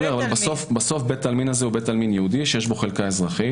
בסוף בית העלמין הזה הוא בית עלמין יהודי שיש בו חלק אזרחית.